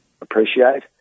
appreciate